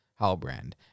halbrand